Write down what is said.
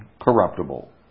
corruptible